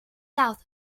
south